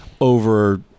over